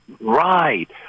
Right